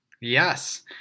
Yes